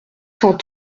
cent